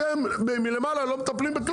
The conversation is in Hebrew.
אתם מלמעלה לא מטפלים בכלום.